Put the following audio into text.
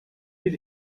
bir